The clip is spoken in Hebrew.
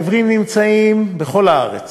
העיוורים נמצאים בכל הארץ,